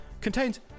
contains